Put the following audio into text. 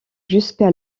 jusque